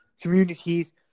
communities